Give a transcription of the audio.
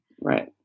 right